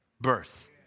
birth